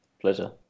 pleasure